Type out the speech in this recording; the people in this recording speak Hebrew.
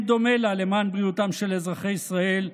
דומה לה למען בריאותם של אזרחי ישראל,